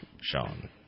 Sean